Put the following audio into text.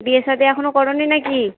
বিয়ে শাদি এখনো করো নি না কি